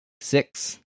six